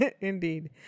Indeed